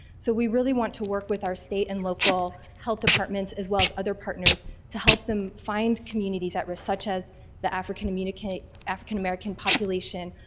so, we really want to work with our state and local health departments as well as other partners to help them find communities at risk such as the african american african american population,